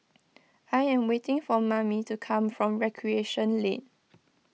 I am waiting for Mamie to come back from Recreation Lane